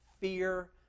Fear